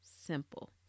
Simple